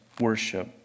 worship